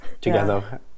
together